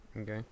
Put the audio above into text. Okay